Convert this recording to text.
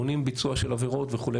מונעים ביצוע של עבירות וכו',